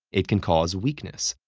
it can cause weakness,